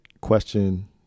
question